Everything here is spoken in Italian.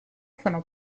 sono